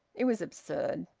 it was absurd.